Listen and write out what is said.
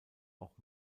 auch